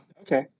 Okay